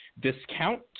discount